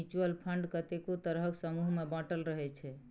mutual fund कतेको तरहक समूह मे बाँटल रहइ छै